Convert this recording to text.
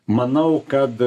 manau kad